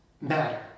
matter